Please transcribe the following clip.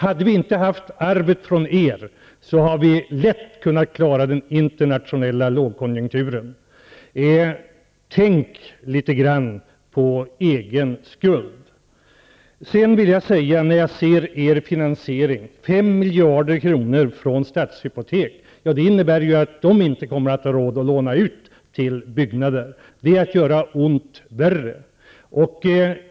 Om vi inte hade fått detta arv från er hade vi lätt kunnat klara den internationella lågkonjunkturen. Tänk litet grand på er egen skuld. Stadshypotek, kommer att innebära att Stadshypotek inte kommer att ha råd att låna ut till byggnader. Det är att göra ont värre.